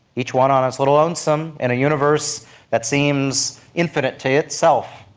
each one on its little lonesome in a universe that seems infinite to itself.